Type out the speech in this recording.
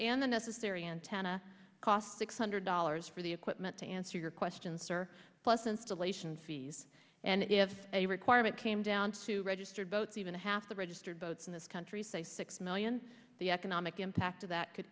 and the necessary antenna cost six hundred dollars for the equipment to answer your questions or plus installation fees and if a requirement came down to registered boats even half the registered boats in this country say six million the economic impact of that could